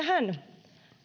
hän